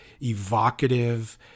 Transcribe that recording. evocative